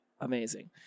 amazing